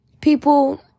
people